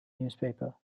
newspaper